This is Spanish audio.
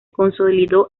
consolidó